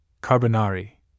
Carbonari